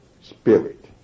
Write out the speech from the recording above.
spirit